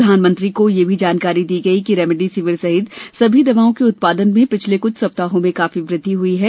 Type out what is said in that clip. प्रधान मंत्री को यह भी जानकारी दी गयी कि रेमेडिसविर सहित सभी दवाओं के उत्पादन में पिछले कुछ सप्ताहों में काफी वृद्धि हुई है